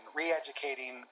re-educating